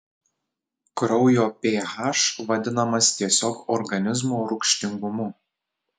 kraujo ph vadinamas tiesiog organizmo rūgštingumu